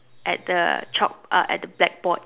at the chalk uh at the black board